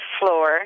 floor